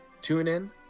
TuneIn